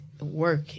work